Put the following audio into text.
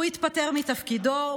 הוא התפטר מתפקידו,